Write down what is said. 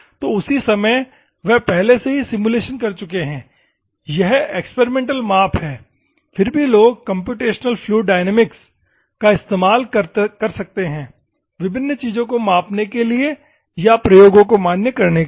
तो उसी समय वे पहले से ही सिमुलेशन कर चुके हैं यह एक्सपेरिमेंटल माप है फिर भी लोग कम्प्यूटेशनल फ्लूइड डायनामिक्स का इस्तेमाल कर सकते है विभिन्न चीजों को मापने के लिए या प्रयोगों को मान्य करने के लिए